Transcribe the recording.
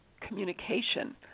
communication